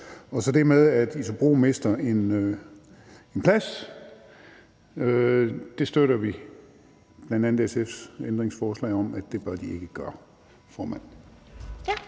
er der det med, at ISOBRO mister en plads, og der støtter vi bl.a. SF's ændringsforslag om, at det bør de ikke gøre. Tak, formand.